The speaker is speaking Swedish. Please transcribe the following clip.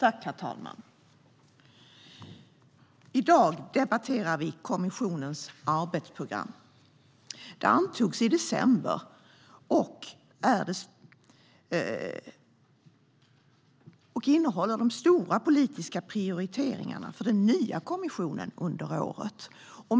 Herr talman! I dag debatterar vi kommissionens arbetsprogram. Det antogs i december och innehåller de stora politiska prioriteringarna för den nya kommissionen under året.